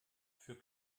für